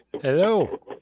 Hello